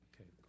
Okay